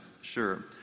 sure